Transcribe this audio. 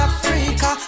Africa